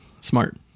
smart